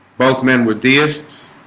both men were deists